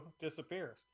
disappears